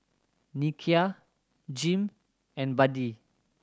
Nikia Jim and Buddie